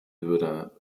würde